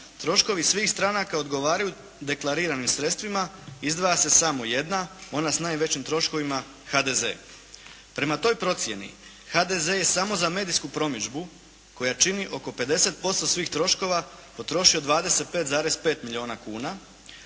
troškovi svih stranaka odgovaraju deklariranim sredstvima izdvaja se samo jedna, ona s najvećim troškovima, HDZ. Prema toj procjeni HDZ je samo za medijsku promidžbu koja čini oko 50% svih troškova, potrošio 25,5 milijuna kuna,